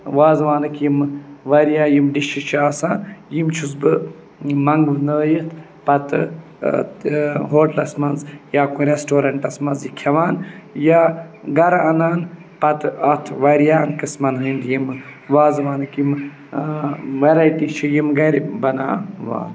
وازوانٕکۍ یِمہٕ واریاہ یِم ڈِشِز چھِ آسان یِم چھُس بہٕ منٛگنٲیِتھ پَتہٕ ہوٹلَس منٛز یا کُنہِ رٮ۪سٹورٮ۪نٛٹَس منٛز یہِ کھٮ۪وان یا گَرٕ اَنان پَتہٕ اَتھ واریاہَن قٕسمَن ہٕنٛدۍ یِم وازوانٕکۍ یِم وٮ۪رایٹی چھِ یِم گَرِ بَناوان